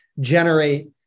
generate